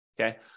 Okay